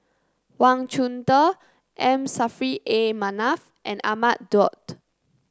Wang Chunde M Saffri A Manaf and Ahmad Daud